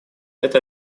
это